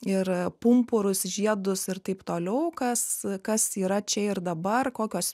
ir pumpurus žiedus ir taip toliau kas kas yra čia ir dabar kokios